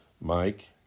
Mike